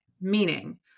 meaning